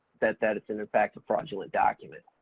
that that is in fact a fraudulent document.